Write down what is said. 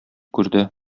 күрде